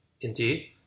indeed